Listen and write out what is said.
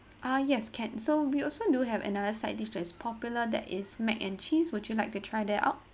uh yes can so we also do have another side dish as popular that it's mac and cheese would you like to try that out